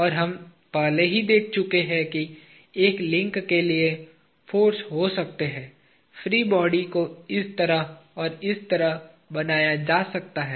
और हम पहले ही देख चुके हैं कि एक लिंक के लिए फाॅर्स हो सकते हैं फ्री बॉडी को इस तरह और इस तरह बनाया जा सकता है